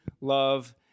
love